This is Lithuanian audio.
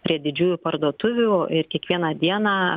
prie didžiųjų parduotuvių ir kiekvieną dieną